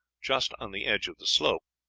just on the edge of the slope,